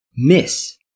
Miss